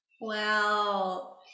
Wow